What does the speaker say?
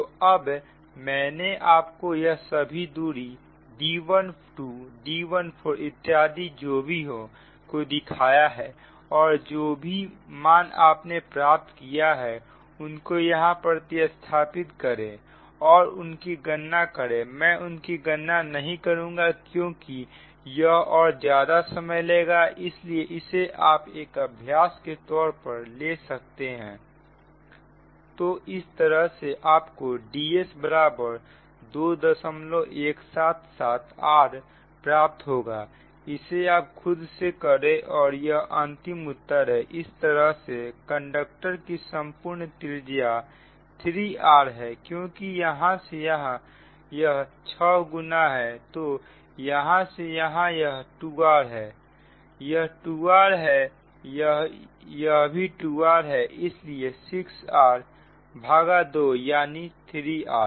तो अब मैंने आपको यह सभी दूरी D12 D14 इत्यादि जो भी हो को दिखाया है और जो भी मान आपने प्राप्त किया है उनको यहां प्रतिस्थापित करें और उनकी गणना करें मैं उनकी गणना नहीं करूंगा क्योंकि यह और ज्यादा समय लेगा इसलिए इसे आप एक अभ्यास के तौर पर ले सकते हैं तो इस तरह से आपको Ds 2177r प्राप्त होगा इसे आप खुद से करें और यह अंतिम उत्तर है इस तरह से कंडक्टर की संपूर्ण त्रिज्या 3r है क्योंकि यहां से यह 6 गुना है तो यहां से यहां यह 2r हैयह 2r हैयह भी 2r है इसलिए 6r 2 यानी 3r